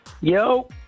Yo